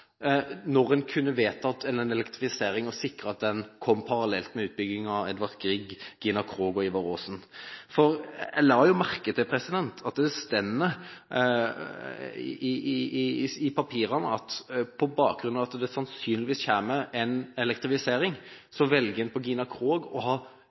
når en kunne vedtatt elektrifisering og sikret at den kom parallelt med utbyggingen av Edvard Grieg, Gina Krog og Ivar Aasen. Jeg har lagt merke til at det står i papirene at på bakgrunn av at det sannsynligvis kommer en elektrifisering, velger en på Gina Krog å